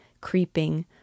creeping